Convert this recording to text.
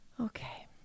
Okay